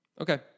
Okay